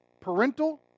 parental